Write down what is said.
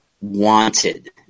wanted